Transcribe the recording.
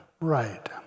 right